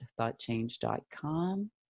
ThoughtChange.com